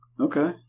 Okay